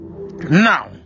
now